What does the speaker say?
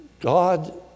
God